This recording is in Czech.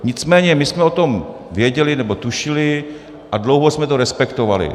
Nicméně my jsme o tom věděli, nebo tušili, a dlouho jsme to respektovali.